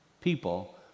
People